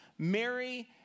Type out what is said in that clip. Mary